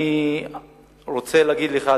אני רוצה להגיד לך,